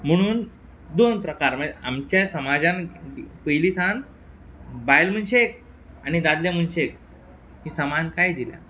म्हुणून दोन प्रकार म्हळ्या आमचे समाजान पयलीं सान बायल मनशेक आनी दादल्या मनशेक ही समानकाय दिल्या